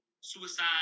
suicide